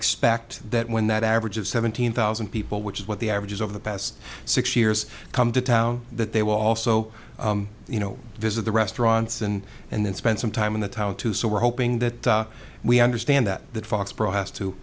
expect that when that average of seventeen thousand people which is what the averages over the past six years come to town that they will also you know visit the restaurants and and then spend some time in the town too so we're hoping that we understand that that foxboro has to